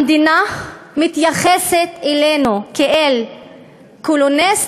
המדינה מתייחסת אלינו כאל קולוניסט,